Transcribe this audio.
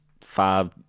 five